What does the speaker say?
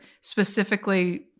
specifically